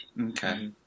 Okay